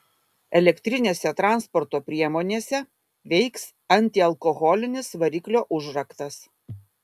elektrinėse transporto priemonėse veiks antialkoholinis variklio užraktas